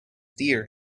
dear